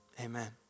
Amen